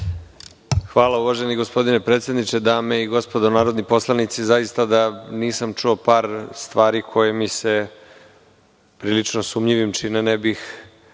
Hvala, uvaženi gospodine predsedniče. Dame i gospodo narodni poslanici, da nisam čuo par stvari koje mi se prilično sumnjivim čine, ne bih